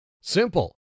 Simple